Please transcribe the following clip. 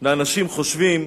לאנשים חושבים,